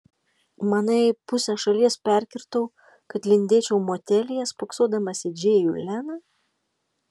manai pusę šalies perkirtau kad lindėčiau motelyje spoksodamas į džėjų leną